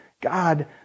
God